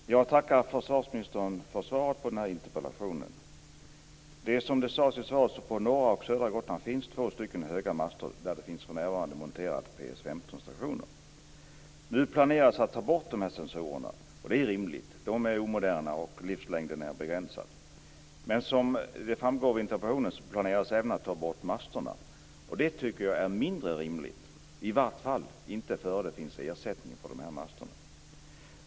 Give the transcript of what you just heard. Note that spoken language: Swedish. Fru talman! Jag tackar försvarsministern för svaret på den här interpellationen. Det är som det sades i svaret. På norra och södra Gotland finns två höga master där det för närvarande finns PS 15-stationer monterade. Nu planerar man att ta bort de här sensorerna, och det är rimligt. De är omoderna, och livslängden är begränsad. Men som framgår av interpellationen planeras även att ta bort masterna. Det tycker jag är mindre rimligt, i varje fall innan det finns ersättning för masterna.